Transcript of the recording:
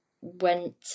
went